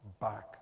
back